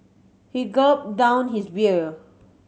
he gulped down his beer